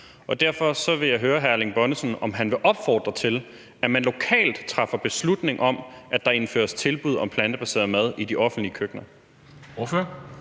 jeg høre hr. Erling Bonnesen, om han vil opfordre til, at man lokalt træffer beslutning om, at der indføres tilbud om plantebaseret mad i de offentlige køkkener.